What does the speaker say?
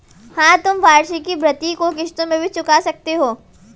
हाँ, तुम वार्षिकी भृति को किश्तों में भी चुका सकते हो